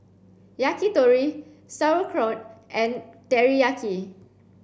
Yakitori Sauerkraut and Teriyaki